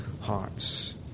hearts